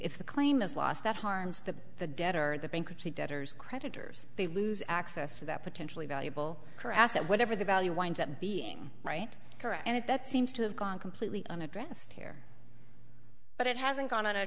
if the claim is lost that harms the the debt or the bankruptcy debtors creditors they lose access to that potentially valuable khorassan whatever the value winds up being right correct and if that seems to have gone completely unaddressed here but it hasn't gone on a